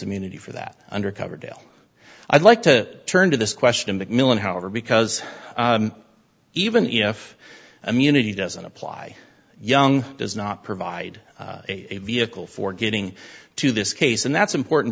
immunity for that undercover jail i'd like to turn to this question that millen however because even if immunity doesn't apply young does not provide a vehicle for getting to this case and that's important